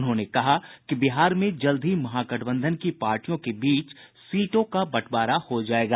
उन्होंने कहा कि बिहार में जल्द ही महागठबंधन की पार्टियों के बीच सीटों का बंटवारा हो जाएगा